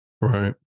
Right